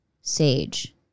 sage